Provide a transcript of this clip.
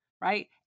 right